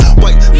white